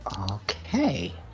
Okay